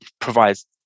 provides